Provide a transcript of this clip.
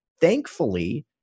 Thankfully